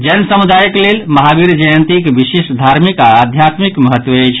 जैन समुदायक लेल महावीर जयंतीक विशेष धार्मिक आओर आध्यात्मिक महत्व अछि